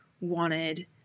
wanted